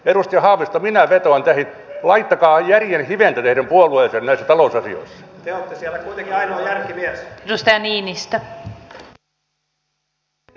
edustaja haavisto minä vetoan teihin laittakaa järjen hiventä teidän puolueeseenne näissä talousasioissa